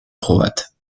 croate